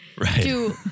Right